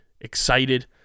excited